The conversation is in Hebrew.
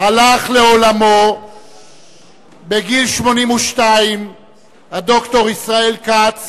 הלך לעולמו בגיל 82 ד"ר ישראל כ"ץ